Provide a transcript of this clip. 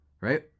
right